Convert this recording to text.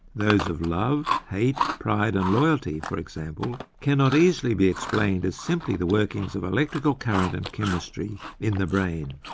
those of love, hate, pride and loyalty, for example, cannot easily be explained as simply the workings of electrical current and chemistry in the brain.